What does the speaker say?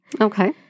Okay